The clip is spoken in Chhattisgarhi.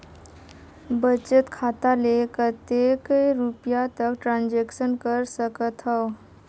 बचत खाता ले कतेक रुपिया तक ट्रांजेक्शन कर सकथव?